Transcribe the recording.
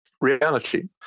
reality